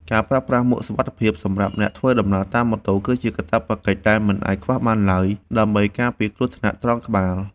ការប្រើប្រាស់មួកសុវត្ថិភាពសម្រាប់អ្នកធ្វើដំណើរតាមម៉ូតូឌុប គឺជាកាតព្វកិច្ចដែលមិនអាចខ្វះបានឡើយ ដើម្បីការពារគ្រោះថ្នាក់ត្រង់ក្បាល។